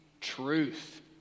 truth